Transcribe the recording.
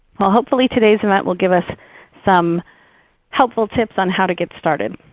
well, hopefully today's event will give us some helpful tips on how to get started.